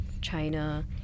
China